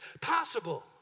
possible